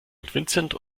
vincent